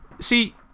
See